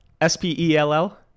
S-P-E-L-L